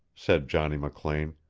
said johnny mclean,